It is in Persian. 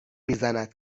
میزند